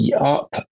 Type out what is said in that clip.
up